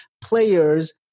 players